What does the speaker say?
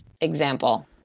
example